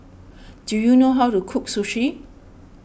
do you know how to cook Sushi